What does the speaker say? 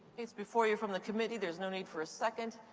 it's before you from the committee, there's no need for a second.